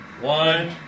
one